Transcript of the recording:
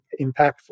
impactful